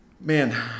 Man